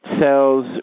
sells